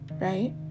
right